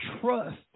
trust